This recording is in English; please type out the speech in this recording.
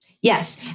Yes